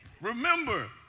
Remember